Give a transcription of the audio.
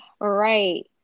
right